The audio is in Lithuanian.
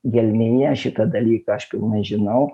gelmėje šitą dalyką aš pilnai žinau